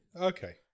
okay